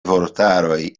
vortaroj